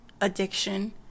addiction